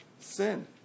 sin